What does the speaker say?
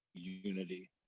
Unity